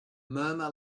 murmur